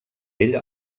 ell